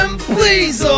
please